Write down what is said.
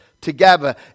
together